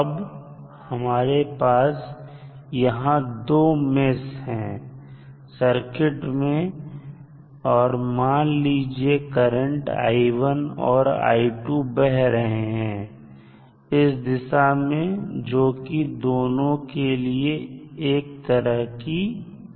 अब हमारे पास यहां दो मेष हैं सर्किट में और मान लीजिए करंट और बह रहे हैं इस दिशा में जो कि दोनों के लिए एक तरह की है